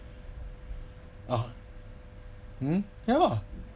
oh um ya lah